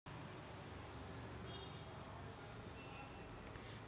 blueberry हृदयविकार बरे करण्यासाठी आढळतात